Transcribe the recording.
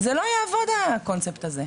זה לא יעבוד הקונספט הזה,